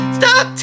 stop